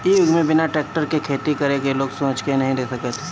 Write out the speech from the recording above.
इ युग में बिना टेक्टर के खेती करे के लोग सोच ही नइखे सकत